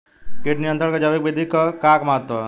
कीट नियंत्रण क जैविक विधि क का महत्व ह?